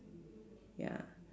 ya